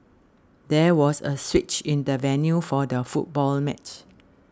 there was a switch in the venue for the football match